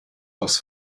aus